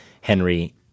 Henry